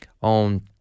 on